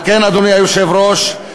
אדוני היושב-ראש,